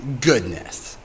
Goodness